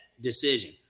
decision